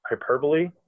hyperbole